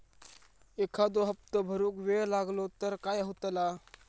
एखादो हप्तो भरुक वेळ लागलो तर काय होतला?